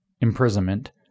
imprisonment